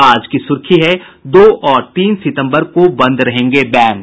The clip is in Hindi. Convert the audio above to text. आज की सुर्खी है दो और तीन सितम्बर को बंद रहेंगे बैंक